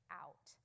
out